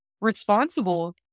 responsible